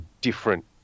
different